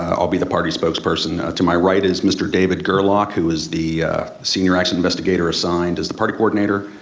ah i'll be the party spokesperson. to my right is mr. david gerlach who is the senior action investigator assigned as the party coordinator.